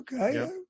Okay